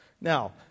Now